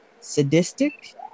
sadistic